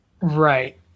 Right